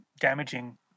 damaging